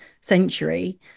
century